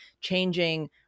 changing